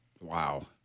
Wow